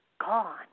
gone